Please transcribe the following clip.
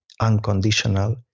unconditional